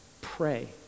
pray